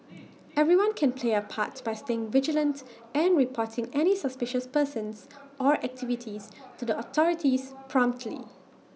everyone can play A part by staying vigilant and reporting any suspicious persons or activities to the authorities promptly